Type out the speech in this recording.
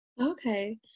Okay